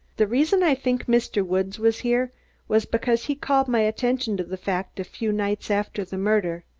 the reason i think mr. woods was here was because he called my attention to the fact a few nights after the murder.